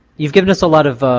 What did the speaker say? you've given us a lot of